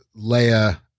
Leia